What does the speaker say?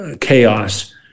chaos